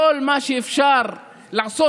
כל מה שאפשר לעשות.